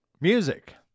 Music